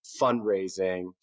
fundraising